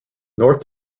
north